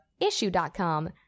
Issue.com